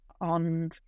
on